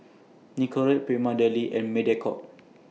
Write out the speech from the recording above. Nicorette Prima Deli and Mediacorp